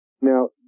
Now